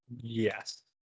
Yes